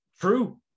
True